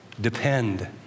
depend